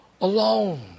alone